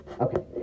Okay